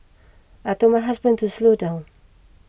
I told my husband to slow down